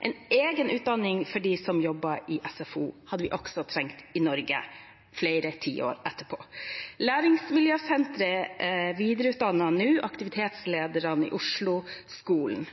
En egen utdanning for dem som jobber i SFO, hadde vi også trengt i Norge flere tiår etterpå. Læringsmiljøsenteret videreutdanner nå aktivitetslederne i Osloskolen.